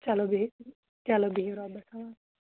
چلو بِہِو چلو بِہِو رۄبَس حوال